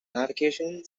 navigation